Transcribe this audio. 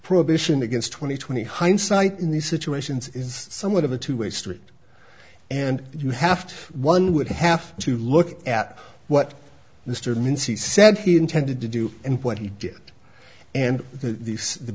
prohibition against twenty twenty hindsight in these situations is somewhat of a two way street and you have to one would have to look at what mr mincy said he intended to do and what he did and the the